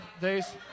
days